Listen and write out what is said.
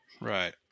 right